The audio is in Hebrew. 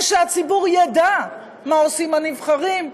ושהציבור ידע מה עושים הנבחרים.